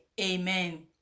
Amen